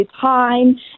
time